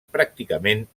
pràcticament